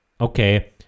Okay